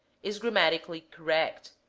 is grammatically correct,